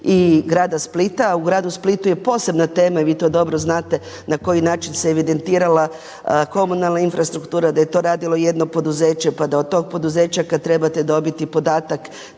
i grada Splita. U gradu Splitu je posebna tema i vi to dobro znate na koji način se evidentirala komunalna infrastruktura, da je to radilo jedno poduzeće, pa da od tog poduzeća kad trebate dobiti podatak